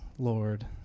Lord